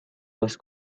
was